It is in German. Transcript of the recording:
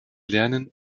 lernen